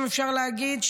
אם אפשר להגיד,